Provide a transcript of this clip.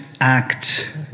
act